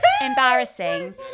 embarrassing